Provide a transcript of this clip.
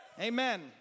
Amen